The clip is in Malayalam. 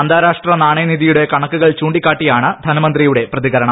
അന്താരാഷ്ട്ര നാണയ നിധിയുടെ കണക്കുകൾ ചൂണ്ടിക്കാട്ടിയാണ് ധനമന്ത്രിയുടെ പ്രതികരണം